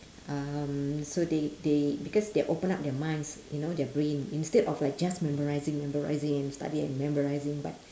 um so they they because they open up their minds you know their brain instead of like just memorising memorising and studying and memorising but